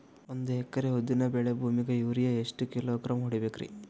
ಒಂದ್ ಎಕರಿ ಉದ್ದಿನ ಬೇಳಿ ಭೂಮಿಗ ಯೋರಿಯ ಎಷ್ಟ ಕಿಲೋಗ್ರಾಂ ಹೊಡೀಬೇಕ್ರಿ?